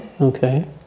Okay